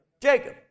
Jacob